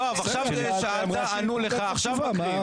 יואב, ענו לך ועכשיו מקריאים.